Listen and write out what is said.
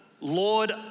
Lord